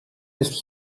ist